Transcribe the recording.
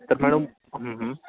तर मॅडम हं हं